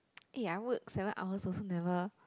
eh I work seven hours also never